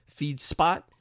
Feedspot